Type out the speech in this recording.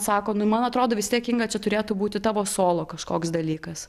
sako nu man atrodo vis tiek inga čia turėtų būti tavo solo kažkoks dalykas